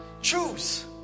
Choose